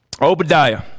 Obadiah